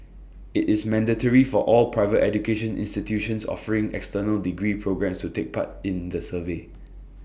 IT is mandatory for all private education institutions offering external degree programmes to take part in the survey